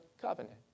covenant